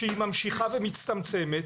שממשיכה ומצטמצמת,